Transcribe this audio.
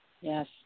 Yes